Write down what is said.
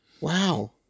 Wow